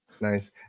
Nice